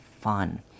fun